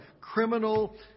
criminal